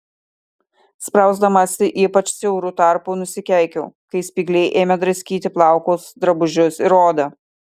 sprausdamasi ypač siauru tarpu nusikeikiau kai spygliai ėmė draskyti plaukus drabužius ir odą